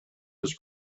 his